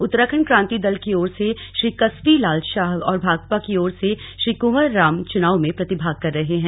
उत्तराखण्ड क्रांति दल की ओर से श्री कस्वी लाल शाह और भाकपा की ओर से श्री कुंवर राम चुनाव में प्रतिभाग कर रहे हैं